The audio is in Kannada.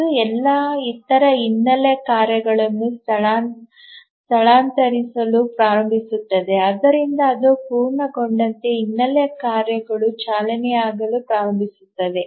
ಇದು ಎಲ್ಲಾ ಇತರ ಹಿನ್ನೆಲೆ ಕಾರ್ಯಗಳನ್ನು ಸ್ಥಳಾಂತರಿಸಲು ಪ್ರಾರಂಭಿಸುತ್ತದೆ ಆದ್ದರಿಂದ ಅದು ಪೂರ್ಣಗೊಂಡಂತೆ ಹಿನ್ನೆಲೆ ಕಾರ್ಯಗಳು ಚಾಲನೆಯಾಗಲು ಪ್ರಾರಂಭಿಸುತ್ತವೆ